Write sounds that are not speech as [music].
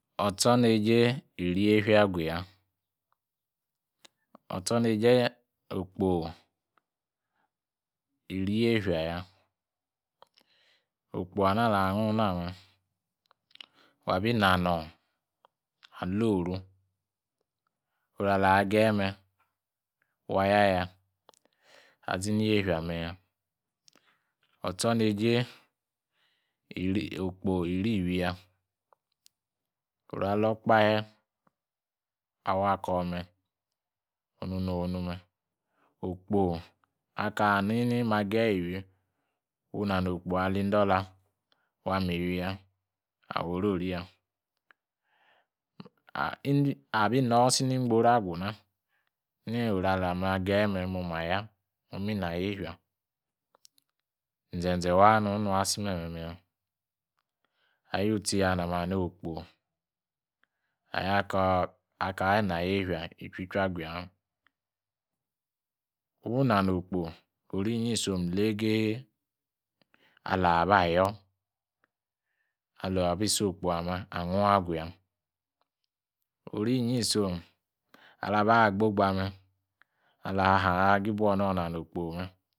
Otsoneje, iri-yefia aguya, otsonejei, okpo iri-yefia ya. Okpo-ana alah ang ungna mme wabi nanor aluooru oru alahageyi mme, wa ya iyia azini yefia ime ya. Otsoneje, okpo iri-iwi ya. Oru alou okpahe, awako mme onu nonu mme. Okpo alii indolah wa mii-iwi ya awo oro-riya. Ah! Abi inoisi nigboru agu na ni oro ali magaye mme momaya woni na yafia. Zenze waa nu nuaisi meh ya akitseya maa ahanini okpo ayor kayi inayefia ijwi-jui agu yamme. Wou nano okpo orinyi isom legee alabayor alaabi so-okpo amme angung aguya. Orinyi isom alaa gbogba mme alua ahagibou inanou okpo [unintelligible]